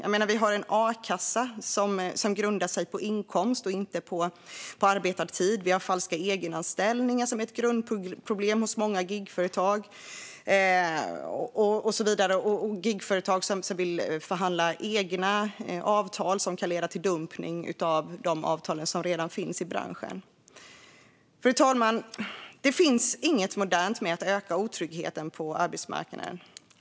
Vi har en a-kassa som grundas på inkomst och inte på arbetad tid. Vi har falska egenanställningar som är ett grundproblem hos många gigföretag, och vi har gigföretag som vill förhandla egna avtal som kan leda till dumpning av de avtal som redan finns i branschen. Fru talman! Det finns inget modernt med att öka otryggheten på arbetsmarknaden.